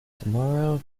tomorrow